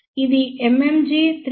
ఇది MMG3001NT1